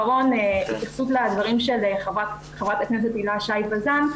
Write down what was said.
התייחסות לדברים של חברת הכנסת הילה וזאן,